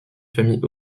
famille